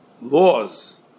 laws